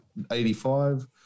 85